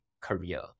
career